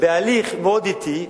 בהליך מאוד אטי,